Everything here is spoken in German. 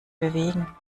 bewegen